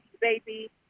baby